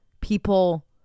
people